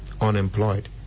unemployed